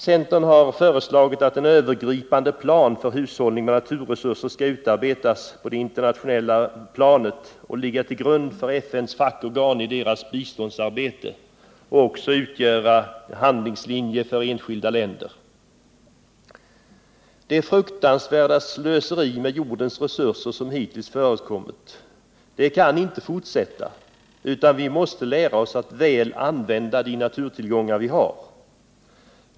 Centern har föreslagit att en övergripande plan för hushållning med naturresurser skall utarbetas på det internationella planet och ligga till grund för FN:s fackorgan i deras biståndsarbete och också utgöra handlingslinje för enskilda länder. Det fruktansvärda slöseri med jordens resurser som hittills förekommit kan inte fortsätta, utan vi måste lära oss att väl använda de naturtillgångar vi har.